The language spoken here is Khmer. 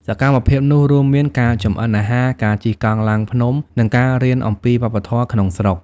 សកម្មភាពនោះរួមមានការចម្អិនអាហារ ការជិះកង់ឡើងភ្នំ និងការរៀនអំពីវប្បធម៌ក្នុងស្រុក។